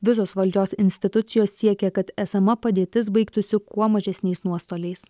visos valdžios institucijos siekia kad esama padėtis baigtųsi kuo mažesniais nuostoliais